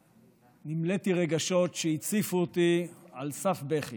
ונמלאתי רגשות שהציפו אותי על סף בכי.